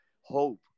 hope